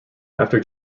after